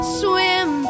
swim